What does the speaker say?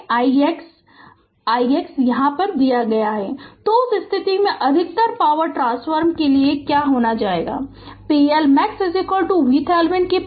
Refer Slide Time 1635 तो उस स्थिति में अधिकतम पावर ट्रांसफर के लिए क्या होगा जानें pLmax VThevenin 2 भागित 4 RThevenin